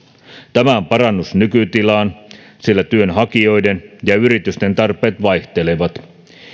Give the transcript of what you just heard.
tämä on parannus nykytilaan sillä työnhakijoiden ja yritysten tarpeet vaihtelevat